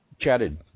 chatted